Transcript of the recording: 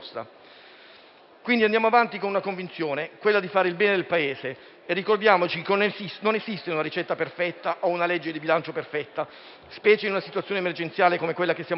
Rossa. Andiamo avanti con la convinzione di fare il bene del Paese e ricordiamoci che non esiste una ricetta perfetta o una legge di bilancio perfetta, specie in una situazione emergenziale come quella che stiamo vivendo,